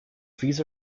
fees